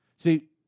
See